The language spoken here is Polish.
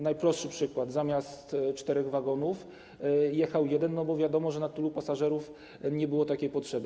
Najprostszy przykład: zamiast czterech wagonów jechał jeden, bo wiadomo że na tylu pasażerów nie było takiej potrzeby.